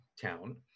town